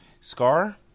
Scar